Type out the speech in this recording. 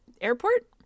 airport